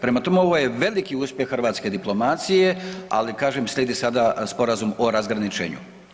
Prema tome, ovo je veliki uspjeh hrvatske diplomacije ali kažem, slijedi sada sporazum o razgraničenju.